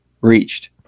reached